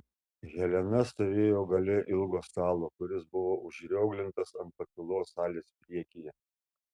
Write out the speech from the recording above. helena stovėjo gale ilgo stalo kuris buvo užrioglintas ant pakylos salės priekyje